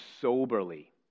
soberly